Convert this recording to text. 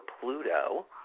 Pluto